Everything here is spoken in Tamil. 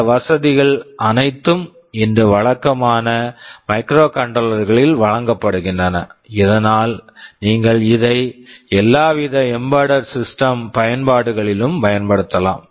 இந்த வசதிகள் அனைத்தும் இன்று வழக்கமான மைக்ரோகண்ட்ரோலர் microcontroller -களில் வழங்கப்படுகின்றன இதனால் நீங்கள் இதை எல்லாவித எம்பெட்டட் சிஸ்டம் embedded system பயன்பாடுகளிலும் பயன்படுத்தலாம்